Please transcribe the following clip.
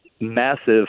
massive